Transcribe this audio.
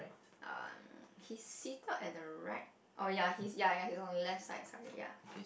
um he's seated at the right oh ya he's ya ya he's on the left side sorry ya